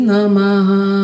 Namaha